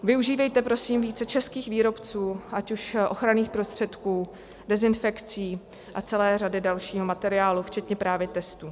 Využívejte prosím více českých výrobců ať už ochranných prostředků, dezinfekcí a celé řady dalšího materiálu včetně právě testů.